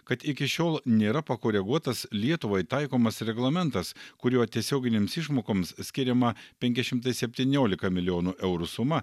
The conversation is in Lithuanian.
kad iki šiol nėra pakoreguotas lietuvai taikomas reglamentas kuriuo tiesioginėms išmokoms skiriama penki šimtai septyniolika milijonų eurų suma